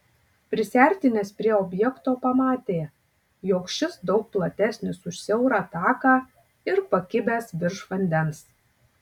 prisiartinęs prie objekto pamatė jog šis daug platesnis už siaurą taką ir pakibęs virš vandens